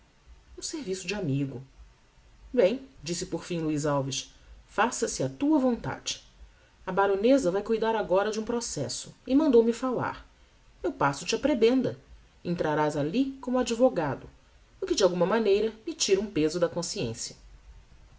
um serviço de amigo bem disse por fim luiz alves faça-se a tua vontade a baroneza vai cuidar agora de um processo e mandou-me falar eu passo te a prebenda entrarás alli como advogado o que de alguma maneira me tira um peso da consciência